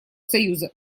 союза